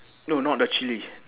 no not the chili